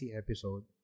episode